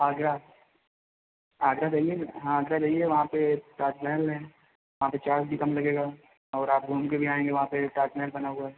आगरा आगरा जाइएगा हाँ आगरा जाइए वहाँ पर ताज महल है वहाँ पर चार्ज भी कम लगेगा और आप घूम के भी आएँगे वहाँ पर ताज महल बना हुआ है